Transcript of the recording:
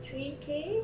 three K